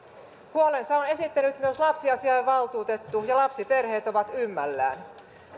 huolensa on esittänyt myös lapsiasiainvaltuutettu ja lapsiperheet ovat ymmällään